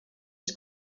his